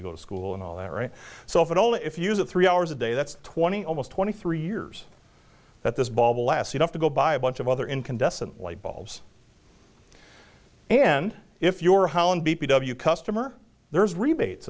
you go to school and all that right so if at all if you use it three hours a day that's twenty almost twenty three years that this ball will last you have to go buy a bunch of other incandescent light bulbs and if you're holland d p w customer there's rebates